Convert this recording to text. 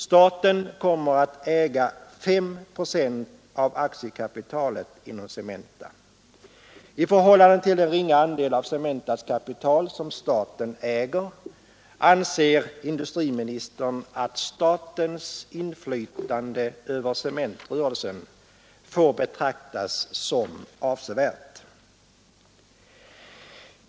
Staten kommer att äga 5 procent av aktiekapitalet inom Cementa. I förhållande till den ringa andel av Cementas kapital som staten äger anser industriministern att statens inflytande över cementrörelsen får betraktas som avsevärt.